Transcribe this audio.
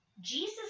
Jesus